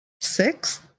six